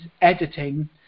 editing